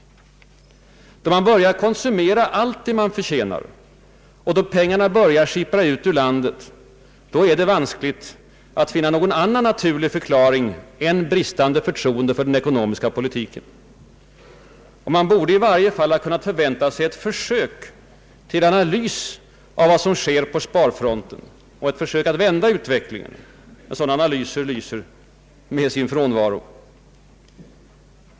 Då man börjar konsumera allt det man tjänar och då pengarna börjar sippra ut ur landet, är det vanskligt att finna någon annan naturlig förklaring än bristande förtroende för den ekonomiska politiken. Vi borde i varje fall ha kunnat förvänta oss ett försök till analys av vad som sker på sparfronten och ett försök att vända utvecklingen. Sådana analyser lyser med sin frånvaro.